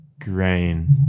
grain